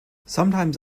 sometimes